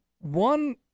one